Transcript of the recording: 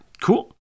Cool